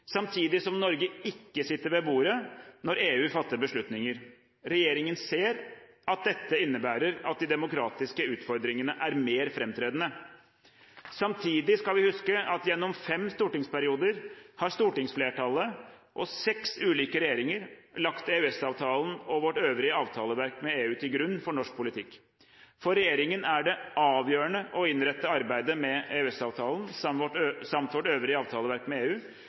samtidig som Norge ikke sitter ved bordet når EU fatter beslutninger. Regjeringen ser at dette innebærer at de demokratiske utfordringene er mer framtredende. Samtidig skal vi huske at gjennom fem stortingsperioder har stortingsflertallet og seks ulike regjeringer lagt EØS-avtalen og vårt øvrige avtaleverk med EU til grunn for norsk politikk. For regjeringen er det avgjørende å innrette arbeidet med EØS-avtalen samt vårt øvrige avtaleverk med EU